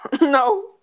No